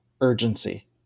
urgency